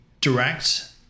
direct